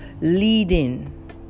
leading